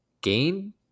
Gain